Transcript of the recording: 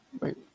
Wait